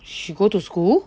she go to school